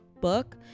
book